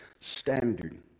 standard